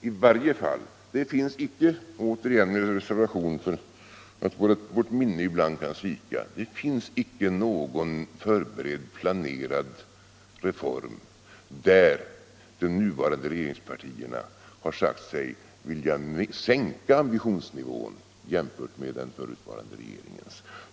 I varje fall finns det icke någon — återigen med reservation för att vårt minne ibland kan svika — förberedd och planerad reform där de nuvarande regeringspartierna sagt sig vilja sänka ambitionsnivån jämfört med den förutvarande regeringens.